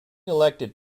elected